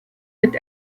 mit